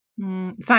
Thank